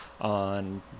on